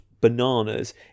bananas